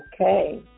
Okay